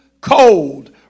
cold